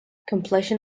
completion